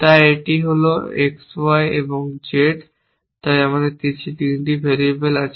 তাই এটি হল XY এবং Z তাই আমার কাছে 3টি ভেরিয়েবল আছে